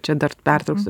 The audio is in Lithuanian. čia dar pertrauksiu